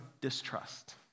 distrust